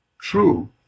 True